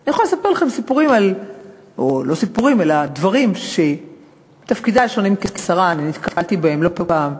אני יכולה לספר לכם על דברים שבתפקידי השונים כשרה נתקלתי בהם לא פעם.